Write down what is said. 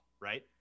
right